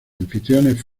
anfitriones